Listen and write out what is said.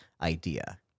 idea